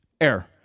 air